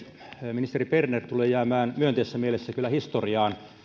ministeri berner tulee kyllä jäämään myönteisessä mielessä historiaan